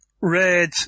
red